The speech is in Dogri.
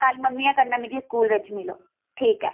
कल मम्मियै कन्नै मिक्की स्कूल बिच्च मिलो ठीक ऐ